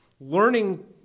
learning